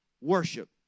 worship